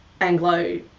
Anglo